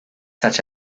such